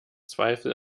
zweifel